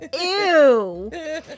Ew